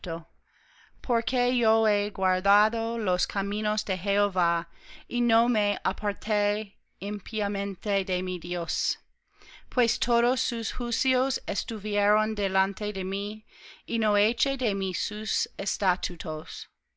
porque yo he guardado los caminos de jehová y no me aparté impíamente de mi dios pues todos sus juicios estuvieron delante de mí y no eché de mí sus estatutos